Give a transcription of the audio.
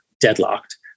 deadlocked